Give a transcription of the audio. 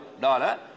dollar